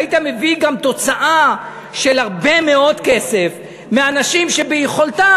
היית מביא גם תוצאה של הרבה מאוד כסף מאנשים שביכולתם,